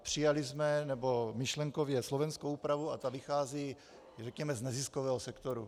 Přijali jsme myšlenkově slovenskou úpravu a ta vychází řekněme z neziskového sektoru.